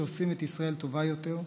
שעושים את ישראל טובה יותר.